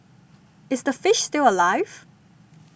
is the fish still alive